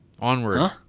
Onward